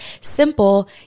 simple